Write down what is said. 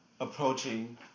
approaching